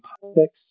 politics